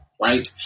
right